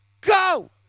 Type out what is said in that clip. go